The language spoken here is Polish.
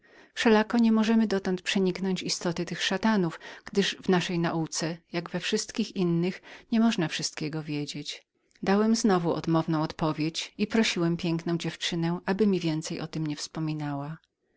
wszelako nie możemy dotąd przeniknąć istoty tych szatanów gdyż w naszej nauce jak we wszystkich innych niemożna wszystkiego wiedzieć dawałem zawsze odmowną odpowiedź i prosiłem piękną dziewczynę aby mi więcej o tem nie wspominała